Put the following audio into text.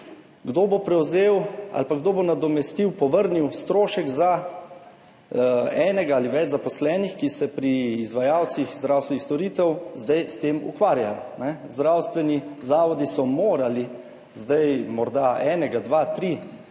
Kdo bo prevzel oziroma povrnil strošek za enega ali več zaposlenih, ki se pri izvajalcih zdravstvenih storitev zdaj s tem ukvarjajo? Zdravstveni zavodi so morali zdaj morda enega, dva, tri ljudi